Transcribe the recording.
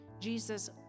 Jesus